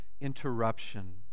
interruption